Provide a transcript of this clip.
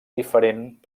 diferent